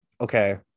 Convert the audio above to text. Okay